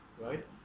right